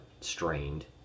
strained